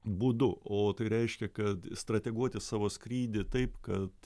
būdu o tai reiškia kad strateguoti savo skrydį taip kad